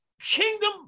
kingdom